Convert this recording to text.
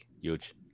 huge